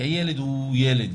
כי הילד הוא ילד,